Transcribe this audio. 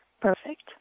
Perfect